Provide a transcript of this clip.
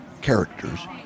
characters